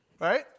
right